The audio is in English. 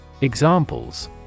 Examples